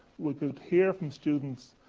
we could hear from students,